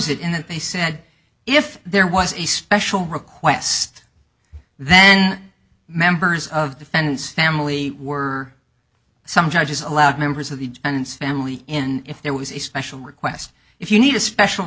it and they said if there was a special request then members of the fence family were some judges allowed members of the and family in if there was a special request if you need a special